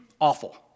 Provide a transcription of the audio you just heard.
Awful